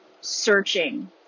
searching